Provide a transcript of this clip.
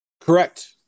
Correct